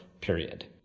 period